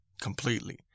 completely